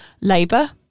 labour